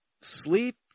sleep